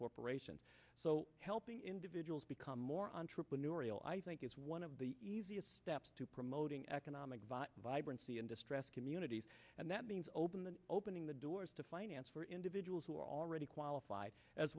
corporations so helping individuals become more entrepreneurial i think is one of the easiest steps to promoting economic vote vibrancy in distress communities and that means open the opening the doors to finance for individuals who are already qualif